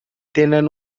tenen